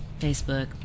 Facebook